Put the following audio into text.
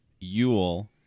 Yule